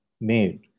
made